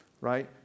Right